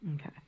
Okay